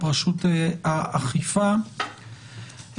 רשות האכיפה,